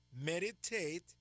meditate